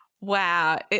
Wow